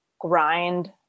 Grind